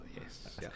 yes